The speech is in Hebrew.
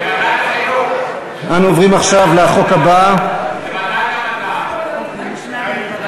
אבל אתם מתחילים להתנדנד.